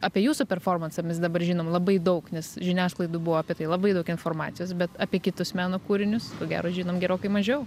apie jūsų performansą mes dabar žinom labai daug nes žiniasklaidoj buvo apie tai labai daug informacijos bet apie kitus meno kūrinius ko gero žinom gerokai mažiau